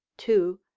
two,